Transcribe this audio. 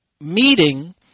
meeting